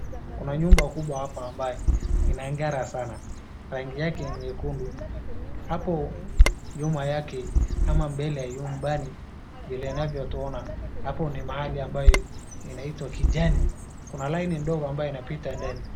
Kuna nyumba kubwa hapa ambayo inagara sana, rangi yake ni nyekundu. Hapo nyuma yake ama mbele ya nyumbani vile inavyotuona hapo ni mahali ambayo inaitwa kijani, kuna laini ndogo ambayo inapita ndani.